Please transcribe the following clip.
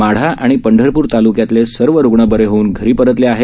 माढा आणि पंढरपूर तालूक्यातले सर्व रुग्ण बरे होऊन धरी परतले आहेत